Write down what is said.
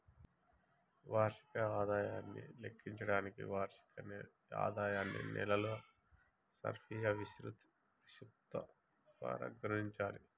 వార్షిక ఆదాయాన్ని లెక్కించడానికి వార్షిక ఆదాయాన్ని నెలల సర్ఫియా విశృప్తి ద్వారా గుణించాలి